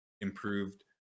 improved